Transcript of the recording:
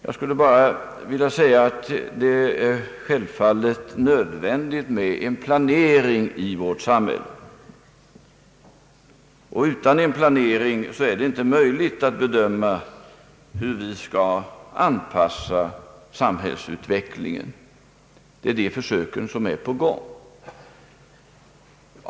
Jag skulle bara vilja framhålla att det självklart är nödvändigt med en planering i vårt samhälle. Utan en planering är det inte möjligt att bedöma hur vi skall anpassa samhällsutvecklingen. Det är en sådan försöksplanering som är på gång.